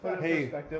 hey